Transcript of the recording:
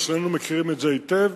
שנינו מכירים את זה היטב,